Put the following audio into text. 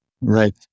Right